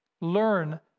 Learn